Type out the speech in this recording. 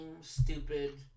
stupid